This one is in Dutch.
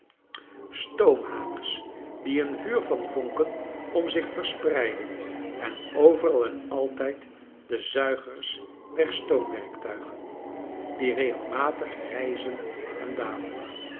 stoomhamers die een vuur van vonken om zich verspreiden en overal en altijd de zuigers der stoomwerktuigen die regelmatig rijzen en dalen